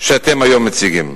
שהיום אתם מציגים.